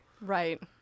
Right